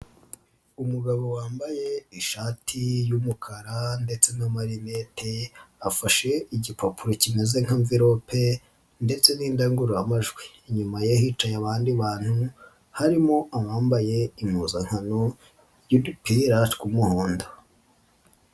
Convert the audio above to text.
Umugabo wambaye ishati y'umukara ndetse n'amarinete afashe igipapuro kimeze nk'amverope ndetse n'indangururamajwi, inyuma ye hicaye abandi bantu harimo abambaye impuzankano y'udupira tw'umuhondo.